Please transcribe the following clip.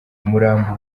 umurambo